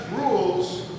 rules